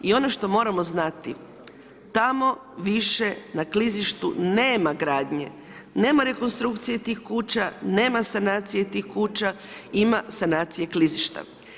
I ono što moramo znati, tamo više na klizištu nema gradnje, nema rekonstrukcije tih kuća, nema sanacije tih kuća, ima sanacija klizišta.